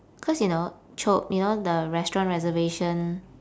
cause you know chope you know the restaurant reservation